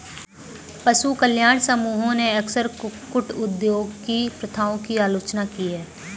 पशु कल्याण समूहों ने अक्सर कुक्कुट उद्योग की प्रथाओं की आलोचना की है